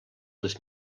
les